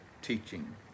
Teaching